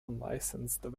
unlicensed